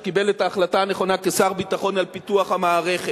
שקיבל כשר ביטחון את ההחלטה הנכונה על פיתוח המערכת.